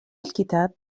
الكتاب